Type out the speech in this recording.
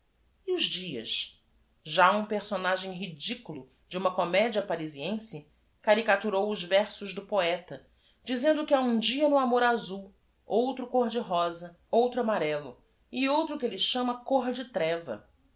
os dias á um personagem rediculo de uma comedia parisi ense caricaturou os versos do poeta dizendo que ha u m d i a no amor azul outro cor de rosa outro ama rello e outro que elle chama cor de treva